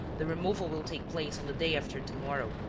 the removal will take place on the day after to-morrow,